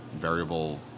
variable